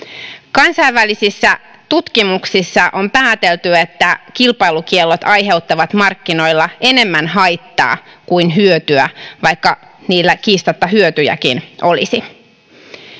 kansainvälisissä tutkimuksissa on päätelty että kilpailukiellot aiheuttavat markkinoilla enemmän haittaa kuin hyötyä vaikka niillä kiistatta hyötyjäkin olisi